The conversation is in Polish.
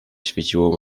świeciło